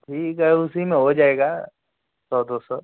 ठीक है उसी में हो जाएगा सौ दो सौ